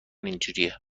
اینجوریه